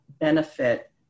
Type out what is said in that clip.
benefit